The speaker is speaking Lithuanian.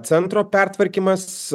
centro pertvarkymas